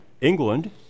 England